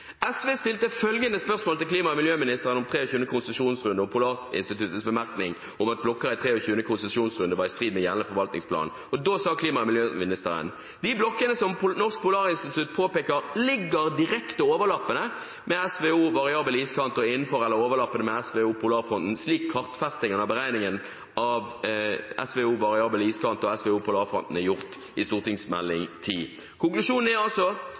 SV i komiteen stilte følgende spørsmål til klima- og miljøministeren om 23. konsesjonsrunde om Polarinstituttets bemerkning om at blokker i 23. konsesjonsrunde var i strid med gjeldende forvaltningsplan. Da svarte klima- og miljøministeren at de blokkene som Norsk Polarinstitutt påpeker, ligger direkte overlappende med SVO Variabel iskant og innenfor eller overlappende med SVO Polarfronten, slik kartfestingen av beregningen av SVO Variabel iskant og SVO Polarfronten er gjort i